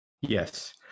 Yes